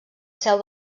seu